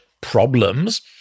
problems